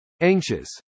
Anxious